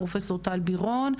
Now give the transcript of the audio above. פרופסור טל בירון.